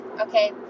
okay